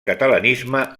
catalanisme